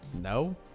No